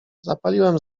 zapaliłem